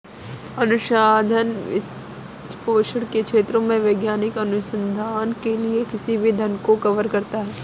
अनुसंधान वित्तपोषण के क्षेत्रों में वैज्ञानिक अनुसंधान के लिए किसी भी धन को कवर करता है